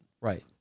Right